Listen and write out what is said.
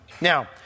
Now